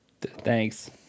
Thanks